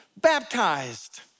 baptized